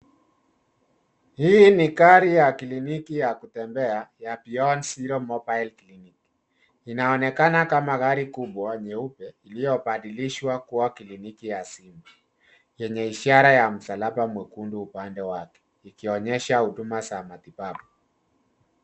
Hii ni gari ya kliniki ya kutembea ya beyond zero mobile clinic. Inaonekana kama gari kubwa nyeupe iliyobadilishwa kuwa simu yenye ishara ya msalaba mwekundu upande wake ikionyesha huduma za matibabu.